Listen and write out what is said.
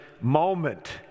moment